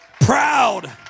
Proud